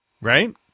Right